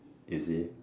is it